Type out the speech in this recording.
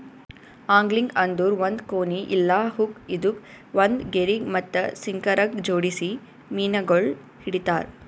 angling ಅಂದುರ್ ಒಂದ್ ಕೋನಿ ಇಲ್ಲಾ ಹುಕ್ ಇದುಕ್ ಒಂದ್ ಗೆರಿಗ್ ಮತ್ತ ಸಿಂಕರಗ್ ಜೋಡಿಸಿ ಮೀನಗೊಳ್ ಹಿಡಿತಾರ್